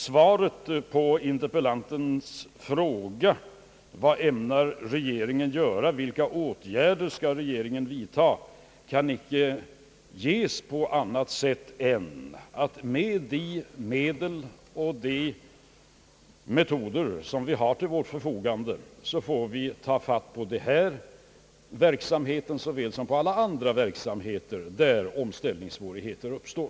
Svaret på interpellantens fråga om vilka åtgärder regeringen ämnar vidta, kan inte ges på annat sätt än att med de medel och de metoder som vi har till vårt förfogande får vi uppmärksamma denna verksamhet såväl som alla andra verksamheter där omställningssvårigheter uppstår.